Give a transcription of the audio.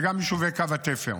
וגם על יישובי קו התפר.